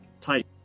type